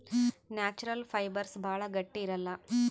natural fibres ಭಾಳ ಗಟ್ಟಿ ಇರಲ್ಲ